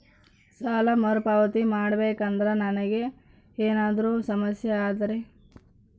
ಸಾಲ ಮರುಪಾವತಿ ಮಾಡಬೇಕಂದ್ರ ನನಗೆ ಏನಾದರೂ ಸಮಸ್ಯೆ ಆದರೆ?